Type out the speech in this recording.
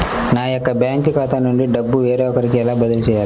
నా యొక్క బ్యాంకు ఖాతా నుండి డబ్బు వేరొకరికి ఎలా బదిలీ చేయాలి?